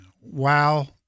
wow